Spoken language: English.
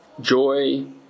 Joy